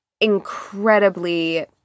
incredibly